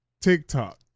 TikTok